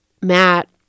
Matt